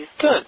Good